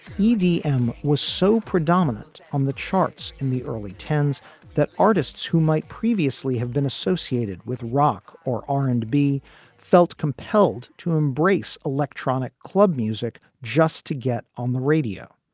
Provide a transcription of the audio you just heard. bdm was so predominant on the charts in the early ten s that artists who might previously have been associated with rock or r and b felt compelled to embrace electronic club music just to get on the radio.